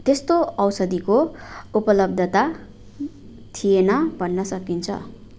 त्यस्तो औषधीको उपलब्धता थिएन भन्न सकिन्छ